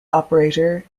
operator